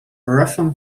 russian